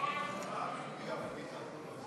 זאב הרצל (הנצחת זכרו ופועלו)